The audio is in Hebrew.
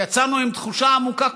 שיצאנו עם תחושה עמוקה,